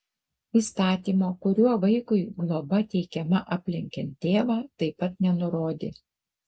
įstatymo kuriuo vaikui globa teikiama aplenkiant tėvą taip pat nenurodė